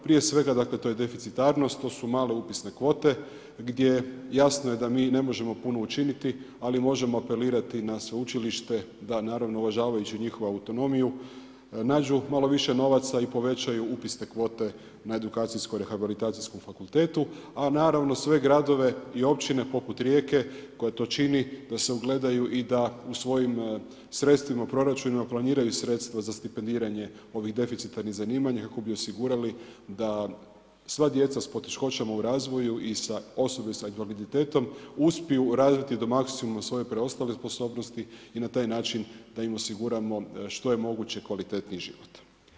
Prije svega to je deficitarnost, to su male upisne kvote gdje jasno je da mi ne možemo puno učiniti ali možemo apelirati na sveučilište da naravno uvažavajući njihovu autonomiju, nađu malo više novaca i povećaju upisne kvote na Edukacijsko-rehabilitacijskom fakultetu, a naravno sve gradove i općine poput Rijeke koja to čini, da se ugledaju i da u svojim sredstvima, u proračunima planiraju sredstva za stipendiranje ovih deficitarnih zanimanja kako bi osigurali da sva djeca sa poteškoćama u razvoju i osobe sa invaliditetom uspiju razviti do maksimuma svoje preostale sposobnosti i na taj način da im osiguramo što je moguće kvalitetniji život.